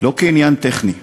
לא כעניין טכני.